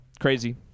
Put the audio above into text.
crazy